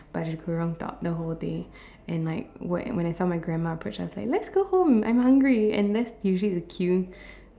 baju kurung top the whole day and like when when I saw my grandma approach I was like let's go home I'm hungry and that's usually the cue